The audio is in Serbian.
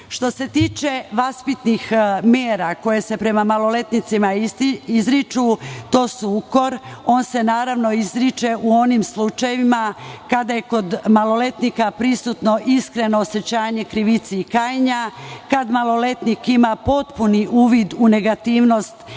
se tiče vaspitnih mera koje se prema maloletnicima izriču, to je ukor. On se, naravno, izriče u onim slučajevima kada je kod maloletnika prisutno iskreno osećanje krivice i kajanja, kada maloletnik ima potpuni uvid u negativnost